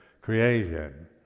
creation